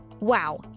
Wow